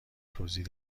توضیح